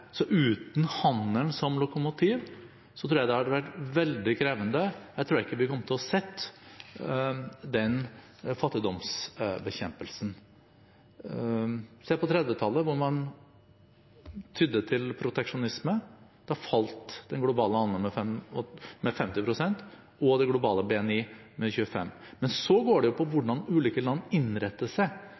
Så uten handelen som lokomotiv tror jeg det hadde vært veldig krevende. Da tror jeg ikke vi hadde sett den fattigdomsbekjempelsen. Se på 1930-tallet, hvor man tydde til proteksjonisme. Da falt den globale handelen med 50 pst. og det globale BNI med 25 pst. Men så går det på hvordan ulike land innretter seg